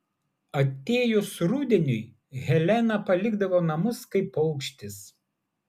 atėjus rudeniui helena palikdavo namus kaip paukštis